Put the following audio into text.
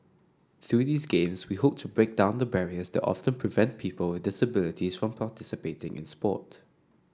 through these games we hope to break down the barriers that often prevent people with disabilities from participating in sport